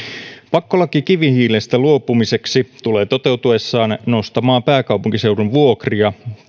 pakkolaki kivihiilestä luopumiseksi tulee toteutuessaan nostamaan pääkaupunkiseudun vuokria